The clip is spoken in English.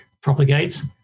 propagates